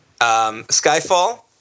Skyfall